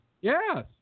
Yes